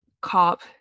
cop